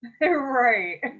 right